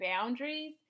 boundaries